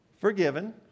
Forgiven